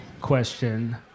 question